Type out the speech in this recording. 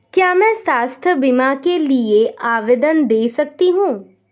क्या मैं स्वास्थ्य बीमा के लिए आवेदन दे सकती हूँ?